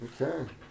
Okay